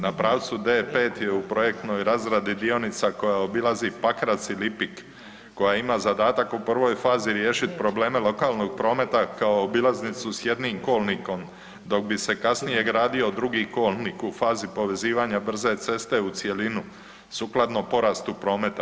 Na pravcu D5 je u projektnoj razradi dionica koja obilazi Pakrac i Lipik, koja ima zadatak u prvoj fazi riješiti probleme lokalnog prometa kao obilaznicu s jednim kolnikom, dok bi se kasnije gradio drugi kolnik u fazi povezivanja brze ceste u cjelinu sukladno porastu prometa.